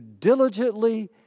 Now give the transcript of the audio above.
diligently